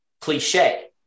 cliche